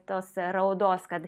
tos raudos kad